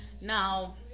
now